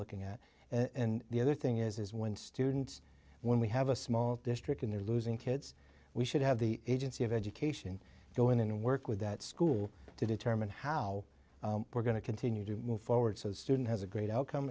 looking at and the other thing is when students when we have a small district and they're losing kids we should have the agency of education go in and work with that school to determine how we're going to continue to move forward so the student has a great outcome